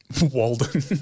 Walden